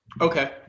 Okay